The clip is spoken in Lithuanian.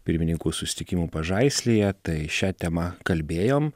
pirmininkų susitikimo pažaislyje tai šia tema kalbėjom